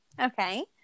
Okay